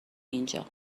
اینجا